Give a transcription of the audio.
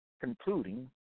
concluding